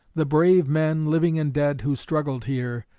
the brave men, living and dead, who struggled here,